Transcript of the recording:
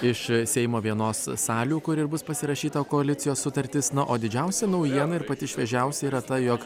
iš seimo vienos salių kur ir bus pasirašyta koalicijos sutartis na o didžiausia naujiena ir pati šviežiausia yra ta jog